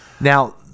Now